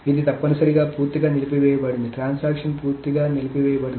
ఇది తప్పనిసరిగా పూర్తిగా నిలిపివేయబడింది ట్రాన్సాక్షన్ పూర్తిగా నిలిపివేయబడింది